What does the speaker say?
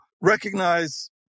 recognize